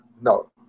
No